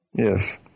Yes